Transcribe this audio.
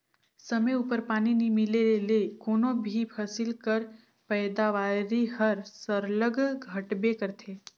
समे उपर पानी नी मिले ले कोनो भी फसिल कर पएदावारी हर सरलग घटबे करथे